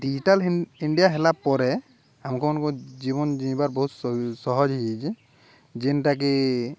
digital India ହେଲା ପରେ ଆମକୁ ଜୀବନ ଜଣିବାର ବହୁତ ସହଜ ହେଇଯାଇଛି ଯେନ୍ଟାକି